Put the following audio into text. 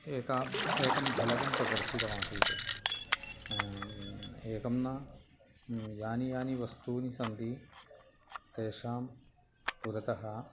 एका एकं फलकं प्रदर्शितमासीत् एकं न यानि यानि वस्तूनि सन्ति तेषां पुरतः